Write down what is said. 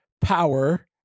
Power